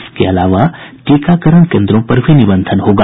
इसके अलावा टीकाकरण केन्द्रों पर भी निबंधन होगा